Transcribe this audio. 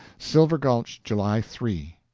silver gulch, july three.